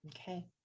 okay